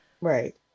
Right